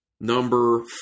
Number